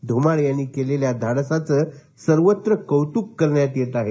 धुमाळ यांनी केलेल्या धाडसाचं सर्वत्र कौतुक करण्यात येत आहे